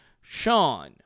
Sean